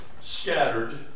scattered